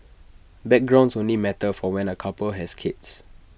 backgrounds only matter for when A couple has kids